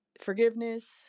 forgiveness